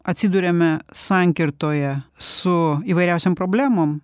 atsiduriame sankirtoje su įvairiausiom problemom